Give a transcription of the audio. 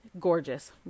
gorgeous